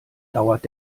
dauert